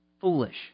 foolish